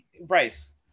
Bryce